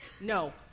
no